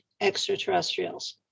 extraterrestrials